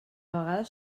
vegades